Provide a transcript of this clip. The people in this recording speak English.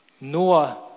Noah